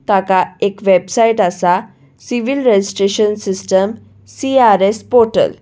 ताका एक वेबसायट आसा civil registration system C R S portal